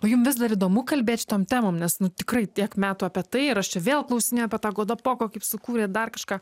o jum vis dar įdomu kalbėt šitom temom nes nu tikrai tiek metų apie tai ir aš čia vėl klausinėju apie tą godopoko kaip sukūrėt dar kažką